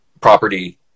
property